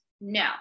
No